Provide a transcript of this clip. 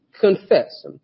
confess